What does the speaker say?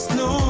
no